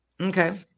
Okay